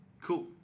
Cool